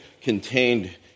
contained